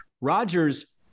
Rodgers